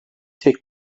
tek